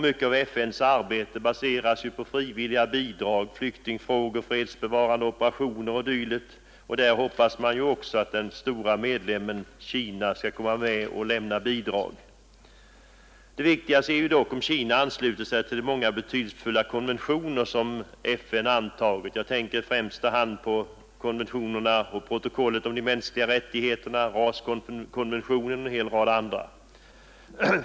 Mycket av FN:s arbete baserar sig på frivilliga bidrag — flyktingfrågor, fredsbevarande operationer o. d. — och där hoppas man också att den stora medlemmen Kina skall komma med och lämna bidrag. Det viktigaste är dock om Kina ansluter sig till de många betydelsefulla konventioner som FN antagit. Jag tänker i första hand på konventionerna och protokollet om de mänskliga rättigheterna, raskonventionen och en rad andra.